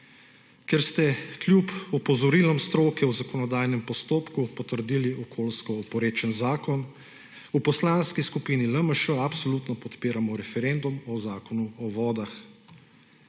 ker ste kljub opozorilom stroke v zakonodajnem postopku potrdili okoljsko oporečen zakon, v Poslanski skupini LMŠ absolutno podpiramo referendum o Zakonu o vodah.